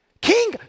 King